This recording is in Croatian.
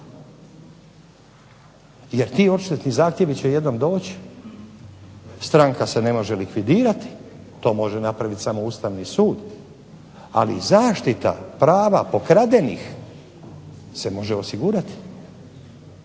jer ti odštetni zahtjevi će jednom doći, stranka se ne može likvidirati, to može napraviti samo Ustavni sud, ali zaštita prava pokradenih se može osigurati.